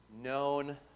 known